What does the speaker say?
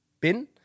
bin